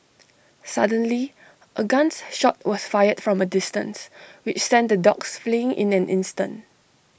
suddenly A guns shot was fired from A distance which sent the dogs fleeing in an instant